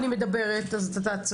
אני מדברת, אז אתה תעצור.